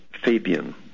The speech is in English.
Fabian